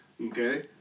Okay